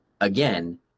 again